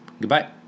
Goodbye